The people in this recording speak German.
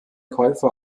käufer